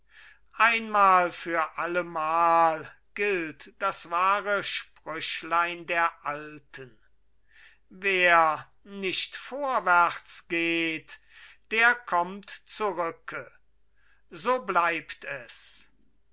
einmal für allemal gilt das wahre sprüchlein der alten wer nicht vorwärts geht der kommt zurücke so bleibt es